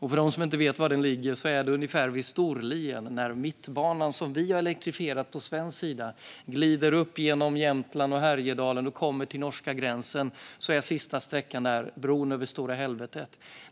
För dem som inte vet var den ligger är det ungefär vid Storlien. När Mittbanan, som vi har elektrifierat på svensk sida, glider upp igenom Jämtland och Härjedalen och kommer till norska gränsen är sista sträckan bron över Stora Helvetet.